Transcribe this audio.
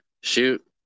shoot